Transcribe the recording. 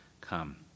come